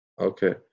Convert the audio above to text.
Okay